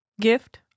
gift